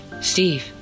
Steve